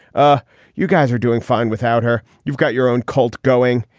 ah you guys are doing fine without her. you've got your own cult going.